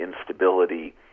instability